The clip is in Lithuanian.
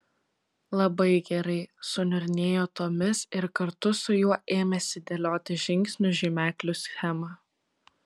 labai gerai suniurnėjo tomis ir kartu su juo ėmėsi dėlioti žingsnių žymeklių schemą